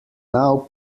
now